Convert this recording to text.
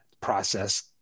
process